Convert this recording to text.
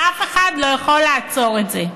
ואף אחד לא יכול לעצור את זה.